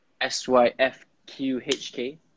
S-Y-F-Q-H-K